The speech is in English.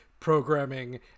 programming